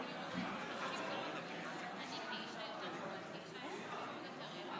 אני יודע שזה עבר.